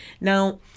Now